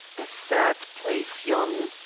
a sad place yon!